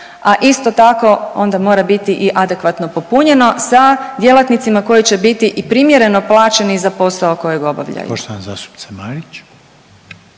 a isto tako, onda mora biti i adekvatno popunjeno sa djelatnicima koji će biti i primjereno plaćeni za posao kojeg obavljaju.